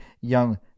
young